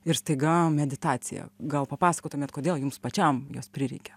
ir staiga meditacija gal papasakotumėt kodėl jums pačiam jos prireikė